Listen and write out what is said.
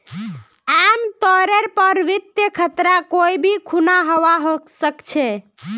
आमतौरेर पर वित्तीय खतरा कोई भी खुना हवा सकछे